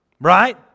Right